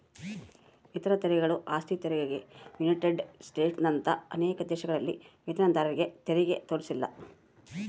ಇತರ ತೆರಿಗೆಗಳು ಆಸ್ತಿ ತೆರಿಗೆ ಯುನೈಟೆಡ್ ಸ್ಟೇಟ್ಸ್ನಂತ ಅನೇಕ ದೇಶಗಳಲ್ಲಿ ವೇತನದಾರರತೆರಿಗೆ ತೋರಿಸಿಲ್ಲ